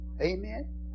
Amen